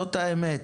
זאת האמת.